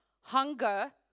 hunger